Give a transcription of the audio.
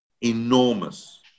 Enormous